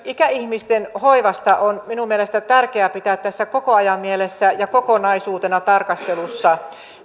ikäihmisten hoivasta on minun mielestäni tärkeää pitää tässä koko ajan mielessä ja kokonaisuutena tarkastelussa